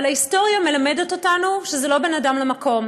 אבל ההיסטוריה מלמדת אותנו שזה לא בין אדם למקום,